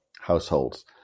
households